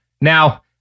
Now